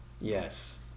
Yes